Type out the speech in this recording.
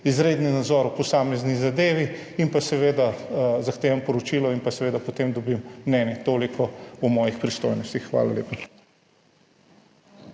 izredni nadzor v posamezni zadevi in zahtevam poročilo in seveda potem dobim mnenje. Toliko o mojih pristojnostih. Hvala lepa.